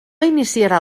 iniciarà